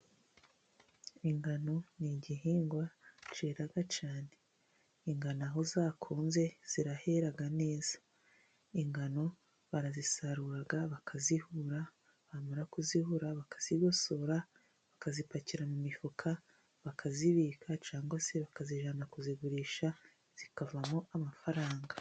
Ingano ni igihingwa kera cyane, ingano aho zakunze zirahera neza, ingano barazisarura bakazihura bamara kuzihura bakazigosora, bakazipakira mu mifuka bakazibika, cyangwa se bakazijyana kuzigurisha zikavamo amafaranga.